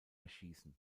erschießen